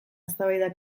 eztabaida